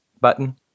button